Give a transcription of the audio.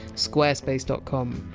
squarespace dot com.